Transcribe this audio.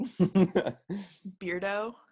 Beardo